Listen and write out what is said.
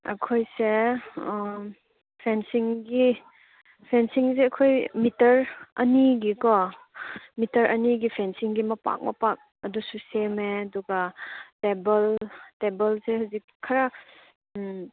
ꯑꯩꯈꯣꯏꯁꯦ ꯐꯦꯟꯁꯤꯡꯒꯤ ꯐꯦꯟꯁꯤꯡꯁꯦ ꯑꯩꯈꯣꯏ ꯃꯤꯇꯔ ꯑꯅꯤꯒꯤꯀꯣ ꯃꯤꯇꯔ ꯑꯅꯤꯒꯤ ꯐꯦꯟꯁꯤꯡꯒꯤ ꯃꯄꯥꯛ ꯃꯄꯥꯛ ꯑꯗꯨꯁꯨ ꯁꯦꯝꯃꯦ ꯑꯗꯨꯒ ꯇꯦꯕꯜ ꯇꯦꯕꯜꯁꯦ ꯍꯧꯖꯤꯛ ꯈꯔ